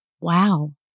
Wow